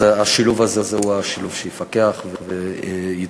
אז השילוב הזה הוא השילוב שיפקח וידחף.